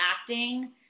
acting